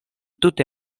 tute